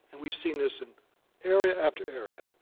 and we've seen this in area after area.